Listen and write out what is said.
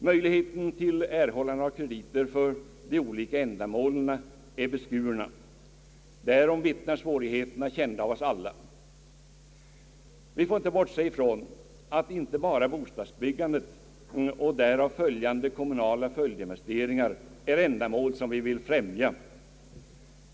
Möjligheterna till erhållande av krediter för olika ändamål är beskurna — därom vittnar de svårigheter som är kända av oss alla. Bostadsbyggandet och därmed sammanhängande kommunala följdinvesteringar är inte de enda ändamål vi vill främja.